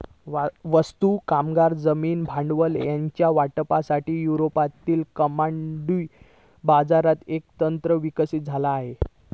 वस्तू, कामगार, जमीन, भांडवल ह्यांच्या वाटपासाठी, युरोपातल्या कमोडिटी बाजारात एक तंत्र विकसित झाला हा